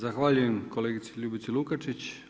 Zahvaljujem kolegici Ljubici Lukačić.